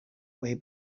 way